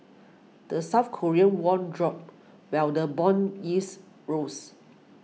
the South Korean won dropped while the bond yields rose